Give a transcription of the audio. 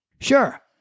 Sure